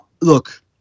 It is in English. Look